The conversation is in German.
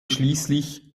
schließlich